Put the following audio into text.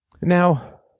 Now